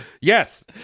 Yes